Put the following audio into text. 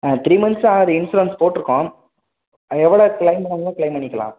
ஆ three months தான் ஆகுது insurance போட்டுருக்கோம் அதே எவ்வளோவு க்ளைம் பண்ணணுமோ க்ளைம் பண்ணிக்கலாம்